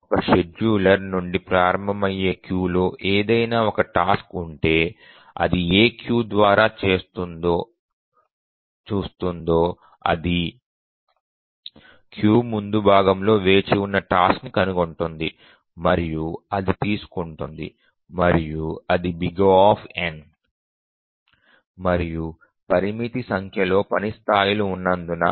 ఒక షెడ్యూలర్ నుండి ప్రారంభమయ్యే క్యూలో ఏదైనా టాస్క్ ఉంటే అది ఏ క్యూ ద్వారా చూస్తుందో అది క్యూ ముందు భాగంలో వేచి ఉన్న టాస్క్ ని కనుగొంటుంది మరియు అది తీసుకుంటుంది మరియు అది O మరియు పరిమిత సంఖ్యలో పని స్థాయిలు ఉన్నందున